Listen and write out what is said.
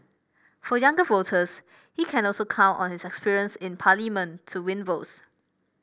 for younger voters he can also count on his experience in Parliament to win votes